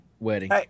wedding